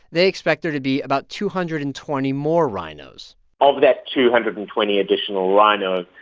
they expect there to be about two hundred and twenty more rhinos of that two hundred and twenty additional rhinos,